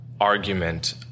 Argument